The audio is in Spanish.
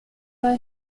los